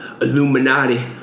Illuminati